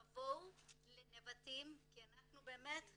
תבואו לנבטים כי אנחנו באמת,